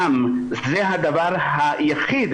דם זה הדבר היחיד